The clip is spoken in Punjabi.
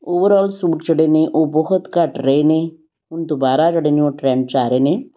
ਓਵਰਔਲ ਸੂਟ ਜਿਹੜੇ ਨੇ ਉਹ ਬਹੁਤ ਘੱਟ ਰਹੇ ਨੇ ਹੁਣ ਦੁਬਾਰਾ ਜਿਹੜੇ ਨੇ ਉਹ ਟ੍ਰੈਂਡ 'ਚ ਆ ਰਹੇ ਨੇ